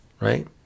Right